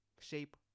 shape